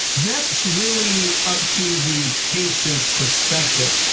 that's really up to the patients perspective.